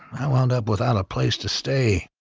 i wound up without a place to stay.